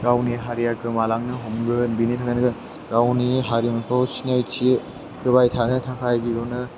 गावनि हारिया गोमालांनो हमगोन बिनिखायनो गावनि हारिमुखौ सिनायथि होबाय थानो थाखाय गिबियावनो